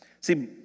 See